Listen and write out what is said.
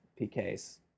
PKs